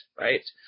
right